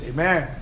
Amen